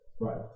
Right